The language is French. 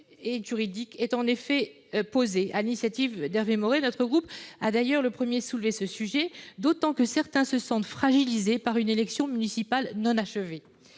et juridique est en effet posée. Sur l'initiative d'Hervé Maurey, notre groupe a d'ailleurs le premier soulevé ce sujet. J'ajoute que certains maires se sentent fragilisés par une élection municipale non achevée.